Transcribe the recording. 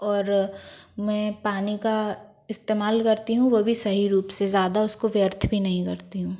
और मैं पानी का इस्तेमाल करती हूँ वह भी सही रूप से ज़्यादा उसको व्यर्थ भी नहीं करती हूँ